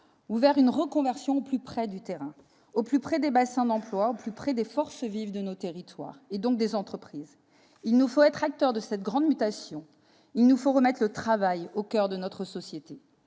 sur ce point -, au plus près du terrain, au plus près des bassins d'emploi, au plus près des forces vives de nos territoires, donc des entreprises. Il nous faut être acteurs de cette grande mutation. Il nous faut remettre le travail au coeur de notre société.